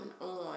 on